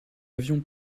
avion